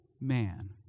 man